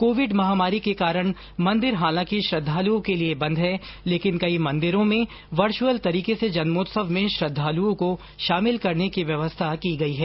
Covid महामारी के कारण मंदिर हालांकि श्रद्धालुओं के लिए बंद है लेकिन कई मंदिरों में वर्चुअल तरीके से जन्मोत्सव में श्रद्धालुओं को शामिल करने की व्यवस्था की गई है